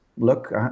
look